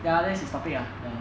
ya that's his topic ah then